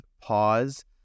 pause